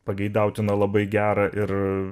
pageidautina labai gerą ir